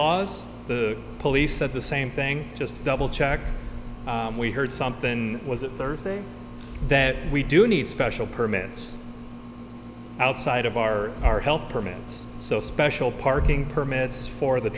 laws the police said the same thing just double check we heard something was that thursday that we do need special permits outside of our our health permits so special parking permits for the